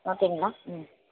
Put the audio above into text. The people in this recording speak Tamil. ஓகேங்களா ம்